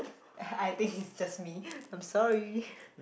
I think it's just me I'm sorry